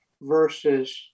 versus